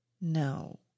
No